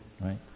right